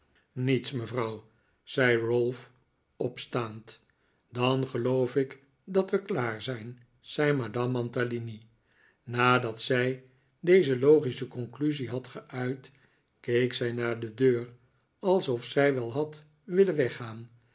niets mevrouw zei ralph opstaand dan geloof ik dat we klaar zijn zei madame mantalini nadat zij deze logische conclusie had geuit keek zij naar de deur alsof zij wel had willen weggaan